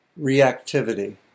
reactivity